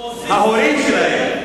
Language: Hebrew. ההורים שלהם.